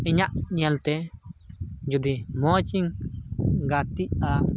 ᱤᱧᱟᱹᱜ ᱧᱮᱞ ᱛᱮ ᱡᱩᱫᱤ ᱢᱚᱡᱽ ᱤᱧ ᱜᱟᱛᱮᱜᱼᱟ